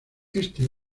este